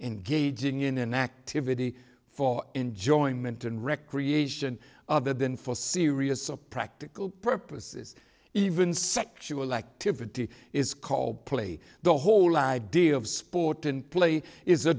engaging in an activity for enjoyment and recreation other than for serious of practical purposes even sexual activity is called play the whole idea of sport in play is a